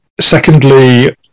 secondly